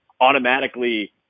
automatically